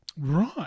Right